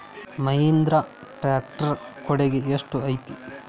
Mahindra tractor ಕೊಡುಗೆ ಎಷ್ಟು ಐತಿ?